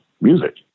music